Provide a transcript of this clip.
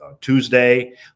Tuesday